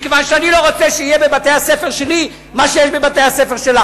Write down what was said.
מכיוון שאני לא רוצה שיהיה בבתי-הספר שלי מה שיש בבתי-הספר שלך.